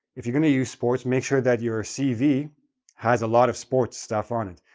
if you're going to use sports, make sure that your cv has a lot of sports stuff on it.